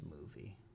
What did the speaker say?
movie